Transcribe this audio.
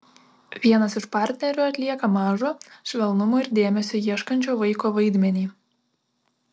vienas iš partnerių atlieka mažo švelnumo ir dėmesio ieškančio vaiko vaidmenį